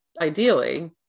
ideally